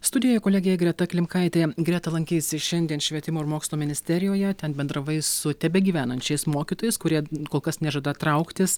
studijoje kolegė greta klimkaitė greta lankeisi šiandien švietimo ir mokslo ministerijoje ten bendravai su tebegyvenančiais mokytojais kurie kol kas nežada trauktis